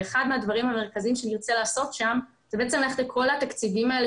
ואחד מהדברים המרכזיים שנרצה לעשות שם זה בעצם ללכת לכל התקציבים האלה